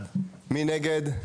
1 נגד,